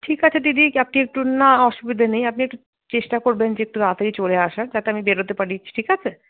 ঠিক আছে দিদি আপনি একটু না অসুবিধে নেই আপনি একটু চেষ্টা করবেন যে একটু তাড়াতাড়ি চলে আসার যাতে আমি বেরোতে পারি ঠিক আছে